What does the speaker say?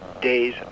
days